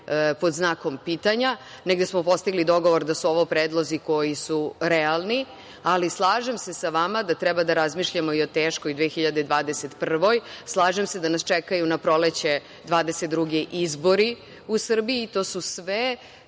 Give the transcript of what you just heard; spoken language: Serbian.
pod znakom pitanja. Negde smo postigli dogovor da su ovo predlozi koji su realni, ali slažem se sa vama da treba da razmišljamo i o teškoj 2021. godini. Slažem se da nas čekaju na proleće 2022. godine izbori u Srbiji. I to su sve